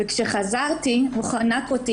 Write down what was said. כשחזרתי הוא חנק אותי,